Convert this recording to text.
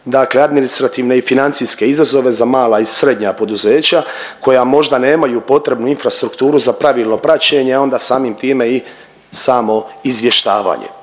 dakle administrativne i financijske izazove za mala i srednja poduzeća koja možda nemaju potrebnu infrastrukturu za pravilno praćenje, a onda samim time i samo izvještavanje.